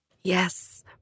Yes